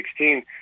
2016